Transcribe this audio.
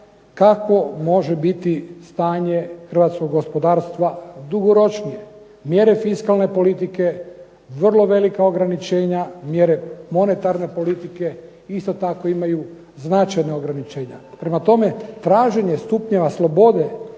kakvo može biti stanje Hrvatskog gospodarstva dugoročnije. Mjere fiskalne politike, vrlo velika ograničenja, mjere monetarne politike isto tako imaju značajna ograničenja. Prema tome, traženje stupnjeva slobode